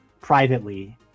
privately